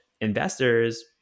investors